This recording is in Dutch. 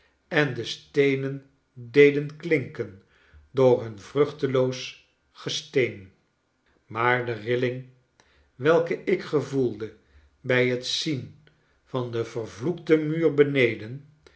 en de steenen deden klinken door hun vruchteloos gesteen maar de rilling welke ik gevoelde bij het zien van den vervloekten muur beneden